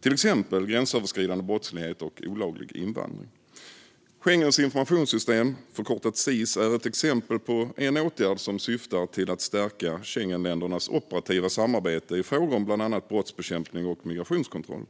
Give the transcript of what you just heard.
till exempel gränsöverskridande brottslighet och olaglig invandring. Schengens informationssystem, SIS, är ett exempel på en åtgärd som syftar till att stärka Schengenländernas operativa samarbete i frågor om bland annat brottsbekämpning och migrationskontroll.